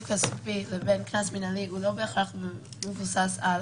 כספי לבין קנס מנהלי הוא לא בהכרח מבוסס על